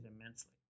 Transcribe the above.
immensely